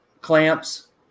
clamps